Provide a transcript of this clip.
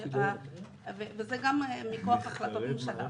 וזה גם מכוח החלטות ממשלה,